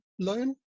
loan